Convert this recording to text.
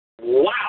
Wow